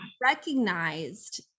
recognized